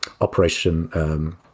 Operation